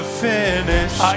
finish